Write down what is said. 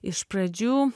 iš pradžių